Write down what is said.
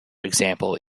example